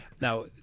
now